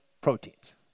proteins